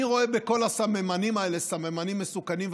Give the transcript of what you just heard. אני רואה בכל הסממנים האלה סממנים מסוכנים,